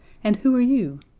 and who are you?